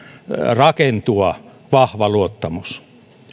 rakentua vahva luottamus